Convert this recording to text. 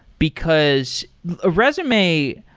because a resume,